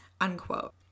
unquote